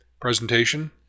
presentation